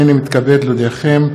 הנני מתכבד להודיעכם,